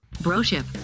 Bro-ship